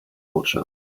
botschaft